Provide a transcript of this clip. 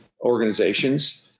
organizations